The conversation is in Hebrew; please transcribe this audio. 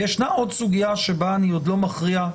וישנה עוד סוגיה שבה אני עוד לא מכריע,